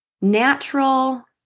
natural